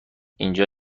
اینجا